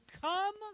come